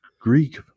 Greek